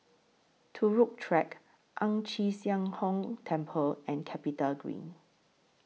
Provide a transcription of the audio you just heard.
Turut Track Ang Chee Sia Ong Temple and Capitagreen